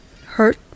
hurt